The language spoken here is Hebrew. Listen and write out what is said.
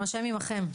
השם עמכם.